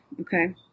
okay